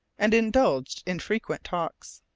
and indulged in frequent talks.